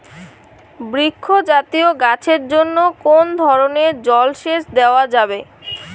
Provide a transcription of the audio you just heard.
বৃক্ষ জাতীয় গাছের জন্য কোন ধরণের জল সেচ দেওয়া যাবে?